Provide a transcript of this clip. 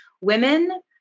Women